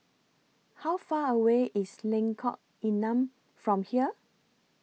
How Far away IS Lengkok Enam from here